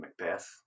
Macbeth